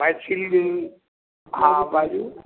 मैथिली अहाँ बाजू